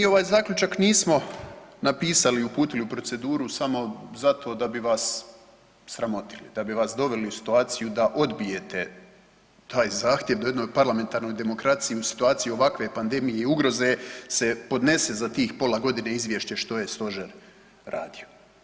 Mi ovaj zaključak nismo napisali, uputili u proceduru samo zato da bi vas sramotili, da bi vas doveli u situaciju da odbijete taj zahtjev u jednoj parlamentarnoj demokraciji u situaciji ovakve pandemije i ugroze se podnese za tih pola godine izvješće što je Stožer radio.